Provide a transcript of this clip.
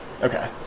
Okay